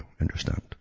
Understand